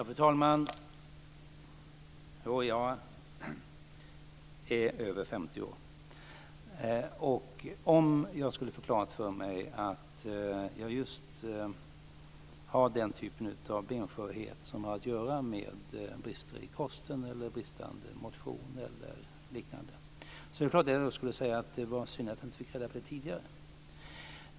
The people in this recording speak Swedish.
Fru talman! Jo, jag är över 50 år. Om jag skulle få klart för mig att jag har just den typ av benskörhet som har att göra med brister i kosten, bristande motion eller liknande är det klart att jag skulle säga att det var synd att jag inte fick reda på det tidigare.